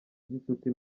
gicuti